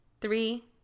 Three